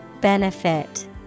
Benefit